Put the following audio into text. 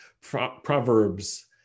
Proverbs